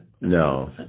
No